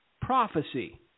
prophecy